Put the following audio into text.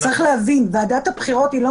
צריך להבין שרכש של ועדת הבחירות לא